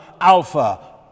Alpha